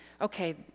Okay